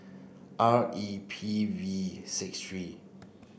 R E P V six three